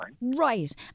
Right